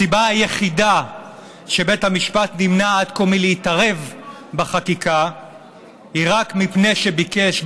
הסיבה היחידה שבית המשפט נמנע עד כה מלהתערב בחקיקה היא רק מפני שביקש,